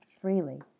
freely